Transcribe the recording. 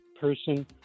person